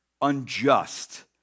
unjust